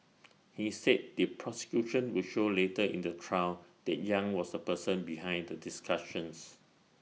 he said the prosecution would show later in the trial that yang was the person behind the discussions